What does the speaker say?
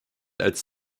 als